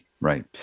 Right